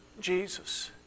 Jesus